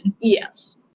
yes